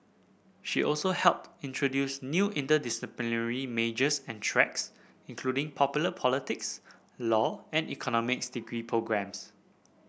she also helped introduce new interdisciplinary majors and tracks including popular politics law and economics degree programmes